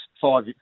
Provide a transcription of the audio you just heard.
five